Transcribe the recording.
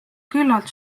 küllalt